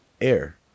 air